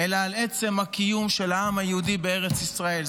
אלא על עצם הקיום של העם היהודי בארץ ישראל.